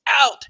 out